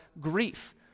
grief